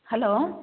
hello